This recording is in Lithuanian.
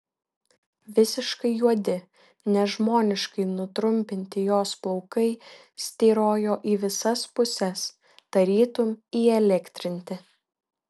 visiškai juodi nežmoniškai nutrumpinti jos plaukai styrojo į visas puses tarytum įelektrinti